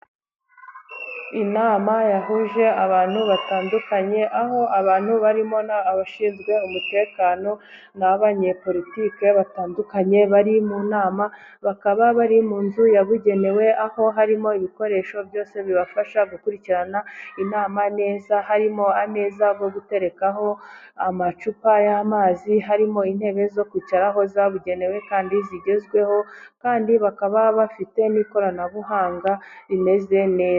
Inama yahuje abantu batandukanye. Aho abantu barimo n'abashinzwe umutekano n'abanyepolitiki batandukanye bari mu nama. Bakaba bari mu nzu yabugenewe, aho harimo ibikoresho byose bibafasha gukurikirana inama neza. Harimo ameza yo guterekaho amacupa y'amazi, harimo intebe zo kwicaraho zabugenewe, kandi zigezweh. Kandi bakaba bafite n'ikoranabuhanga rimeze neza.